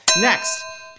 Next